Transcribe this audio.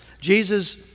Jesus